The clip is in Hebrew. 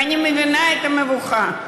ואני מבינה את המבוכה.